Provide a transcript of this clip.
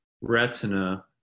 retina